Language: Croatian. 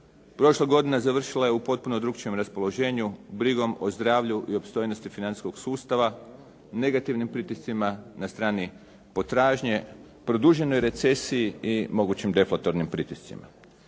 prošla godina završila je u potpuno drugačijem raspoloženu, brigom o zdravlju i opstojnosti financijskog sustava, negativnim pritiscima na strani potražnje, produženoj recesiji i mogući deflatornim pritiscima.